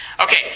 Okay